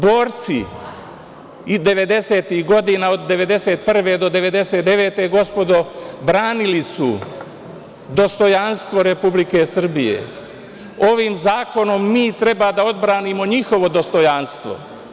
Borci 90-tih godina, od 1991. do 1999. godine, gospodo, branili su dostojanstvo Republike Srbije, ovim zakonom mi treba da odbranimo njihovo dostojanstvo.